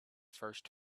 first